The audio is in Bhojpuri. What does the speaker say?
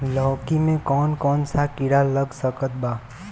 लौकी मे कौन कौन सा कीड़ा लग सकता बा?